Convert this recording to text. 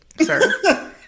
sir